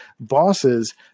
bosses